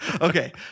Okay